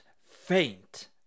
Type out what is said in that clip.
faint